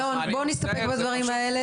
אלון בואו נסתפק בדברים האלה,